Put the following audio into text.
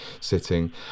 sitting